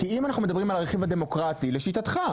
כי אם אנחנו מדברים על הרכיב הדמוקרטי לשיטתך,